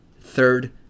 third